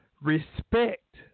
Respect